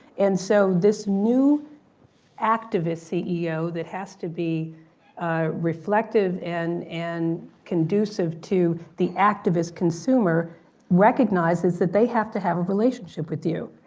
and so this new activist ceo that has to be reflective and and conducive to the activist consumer recognizes that they have to have a relationship with you.